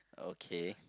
okay